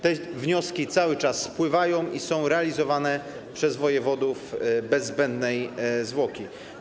Te wnioski cały czas spływają i są realizowane przez wojewodów bez zbędnej zwłoki.